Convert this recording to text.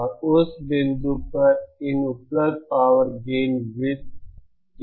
और उस बिंदु पर इन उपलब्ध पावर गेन वृत्त की त्रिज्या 0 है